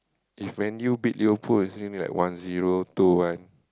if Man-U beat Liverpool usually like one zero two one